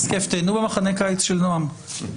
אז כיף, תיהנו במחנה הקיץ של נוע"ם בחנתון.